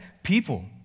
People